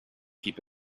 keep